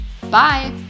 Bye